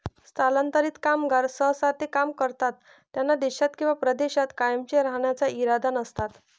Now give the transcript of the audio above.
स्थलांतरित कामगार सहसा ते काम करतात त्या देशात किंवा प्रदेशात कायमचे राहण्याचा इरादा नसतात